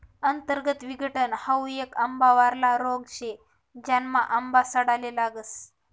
अंतर्गत विघटन हाउ येक आंबावरला रोग शे, ज्यानामा आंबा सडाले लागस